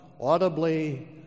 audibly